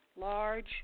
large